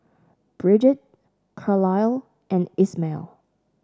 Brigid Carlyle and Ismael